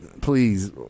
please